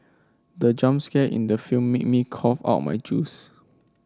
the jump scare in the film made me cough out my juice